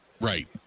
right